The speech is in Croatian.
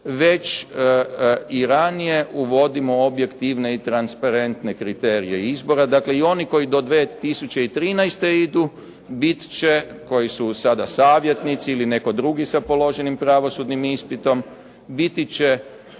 već i ranije uvodimo objektivne i transparentne kriterije izbora, dakle i oni koji do 2013. idu bit će, koji su sada savjetnici ili netko drugi sa položenim pravosudnim ispitom, biti će